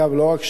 לא רק שם,